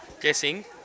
guessing